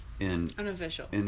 Unofficial